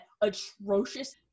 atrocious